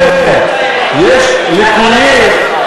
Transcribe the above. אני אומר, יש ליקויים.